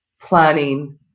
planning